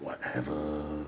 what have a